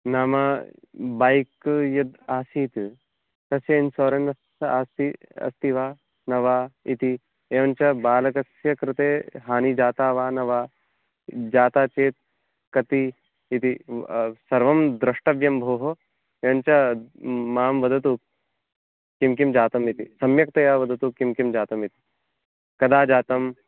नाम बैक् यद् आसीत् तस्य इन्सुरेन्स् आसीत् अस्ति वा न वा इति एवं च बालकस्य कृते हानिः जाता वा न वा जाता चेत् कति इति सर्वं द्रष्टव्यं भोः एवं च मां वदतु किं किं जातम् इति सम्यक्तया वदतु किं किं जातम् इति कदा जातम्